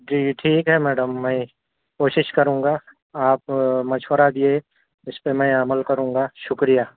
جی ٹھیک ہے میڈم میں کوشش کرونگا آپ مشورہ دیئے اس پہ میں عمل کرونگا شکریہ